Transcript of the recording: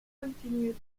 continued